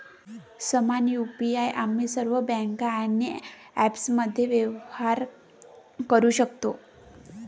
समान यु.पी.आई आम्ही सर्व बँका आणि ॲप्समध्ये व्यवहार करू शकतो